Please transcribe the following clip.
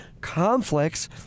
conflicts